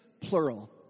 plural